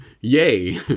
Yay